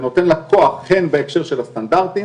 זה נותן לה כוח הן בהקשר של הסטנדרטים